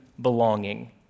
belonging